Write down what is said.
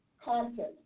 content